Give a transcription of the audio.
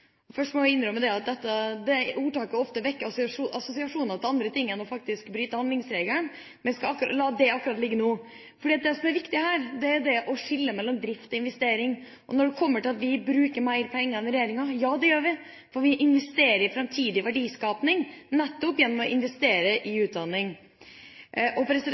svie. Først må jeg innrømme at det ordtaket ofte vekker assosiasjoner til andre ting enn det å bryte handlingsregelen. Men jeg skal la akkurat det ligge nå. Det som er viktig her, er å skille mellom drift og investering. Når det kommer til at vi bruker mer penger enn regjeringa, ja det gjør vi, for vi investerer i framtidig verdiskaping nettopp gjennom å investere i utdanning.